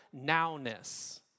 nowness